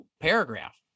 paragraph